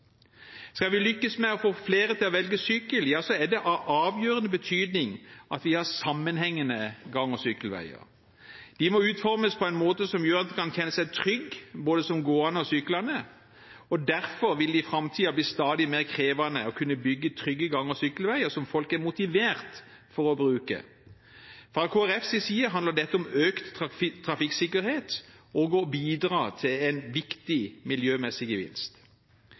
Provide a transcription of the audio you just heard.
Skal vi lykkes med å få flere til å velge sykkel, er det av avgjørende betydning at vi har sammenhengende gang- og sykkelveier. De må utformes på en måte som gjør at en kan kjenne seg trygg, både som gående og syklende. Derfor vil det i framtiden bli stadig mer krevende å kunne bygge trygge gang- og sykkelveier som folk er motivert for å bruke. Fra Kristelig Folkepartis side handler dette om økt trafikksikkerhet og å bidra til en viktig miljømessig gevinst.